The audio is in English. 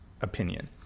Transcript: opinion